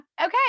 okay